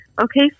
Okay